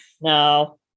no